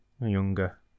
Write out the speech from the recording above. younger